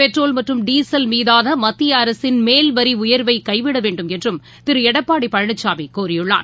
petrol மற்றும் diesel மீதான மத்திய அரசின் மேல்வரி உயர்வை கைவிட வேண்டுமென்றும் திரு எடப்பாடி பழனிசாமி கோரியுள்ளார்